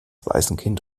waisenkind